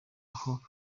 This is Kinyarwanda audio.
aho